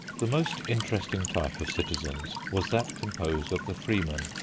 the most interesting type of citizens was that composed of the freemen,